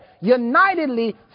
unitedly